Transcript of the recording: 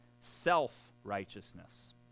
self-righteousness